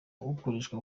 ukoreshwa